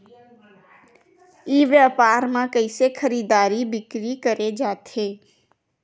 ई व्यापार म कइसे खरीदी बिक्री करे जाथे?